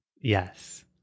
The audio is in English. Yes